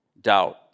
doubt